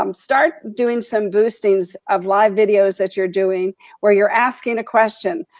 um start doing some boostings of live videos that you're doing where you're asking a question.